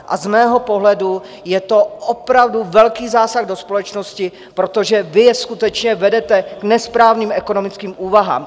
A z mého pohledu je to opravdu velký zásah do společnosti, protože vy je skutečně vedete k nesprávným ekonomickým úvahám.